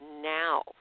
now